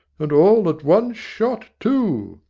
and all at one shot, too!